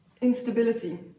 Instability